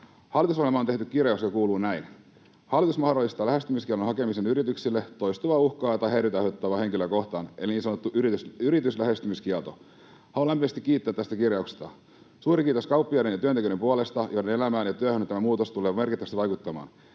Hallitusohjelmaan on tehty kirjaus, joka kuuluu näin: ”Hallitus mahdollistaa lähestymiskiellon hakemisen yrityksille toistuvaa uhkaa tai häiriötä aiheuttavaa henkilöä kohtaan, eli niin sanottu yrityslähestymiskielto.” Haluan lämpimästi kiittää tästä kirjauksesta. Suuri kiitos kauppiaiden ja työntekijöiden puolesta, joiden elämään ja työhön tämä muutos tulee merkittävästi vaikuttamaan.